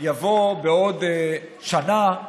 יבוא בעוד שנה,